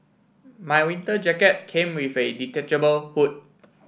my winter jacket came with a detachable hood